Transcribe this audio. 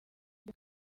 ryo